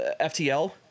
FTL